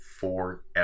forever